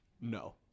No